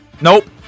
Nope